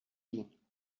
wien